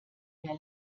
mehr